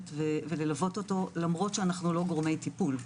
וללוות אותו למרות שאנו לא גורמי טיפול.